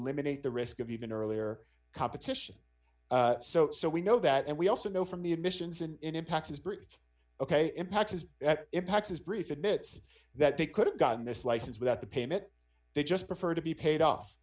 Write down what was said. eliminate the risk of even earlier competition so so we know that and we also know from the admissions and impacts his birth ok impact has that impacts his brief admits that they could have gotten this license without the payment they just prefer to be paid off